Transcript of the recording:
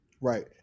Right